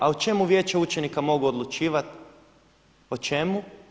A o čemu Vijeće učenika mogu odlučivati, o čemu?